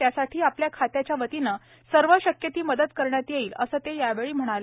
त्यासाठी आपल्या खात्याच्या वतीने सर्व शक्य ती मदत करण्यात येईल असे ते यावेळी म्हणाले